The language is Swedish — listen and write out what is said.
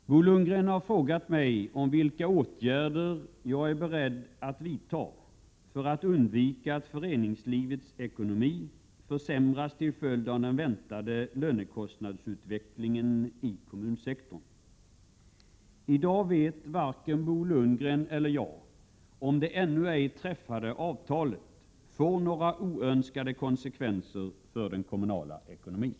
Herr talman! Bo Lundgren har frågat mig om vilka åtgärder jag är beredd vidta för att undvika att föreningslivets ekonomi försämras till följd av den väntade lönekostnadsutvecklingen i kommunsektorn. I dag vet varken Bo Lundgren eller jag om det ännu ej träffade avtalet får några oönskade konsekvenser för den kommunala ekonomin.